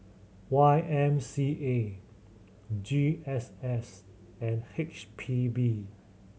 Y M C A G S S and H P B